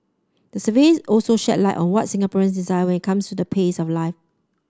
the survey also shed light on what Singaporeans desire when comes to the pace of life